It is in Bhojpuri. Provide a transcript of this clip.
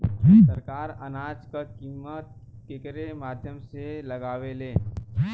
सरकार अनाज क कीमत केकरे माध्यम से लगावे ले?